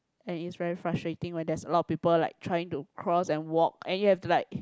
and is very frustrating when there's a lot of people like trying to cross and walk and you have to like